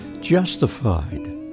Justified